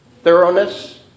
thoroughness